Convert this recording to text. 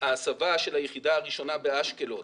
ההסבה של היחידה הראשונה באשקלון